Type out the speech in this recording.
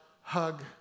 hug